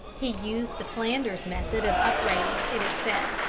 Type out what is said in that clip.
he used the flanders method of upbraiding, it is said,